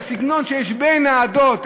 הסגנון שיש בין העדות,